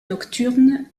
nocturne